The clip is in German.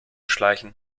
schleichen